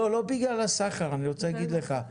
זה לא בגלל הסחר, אני רוצה להגיד לך.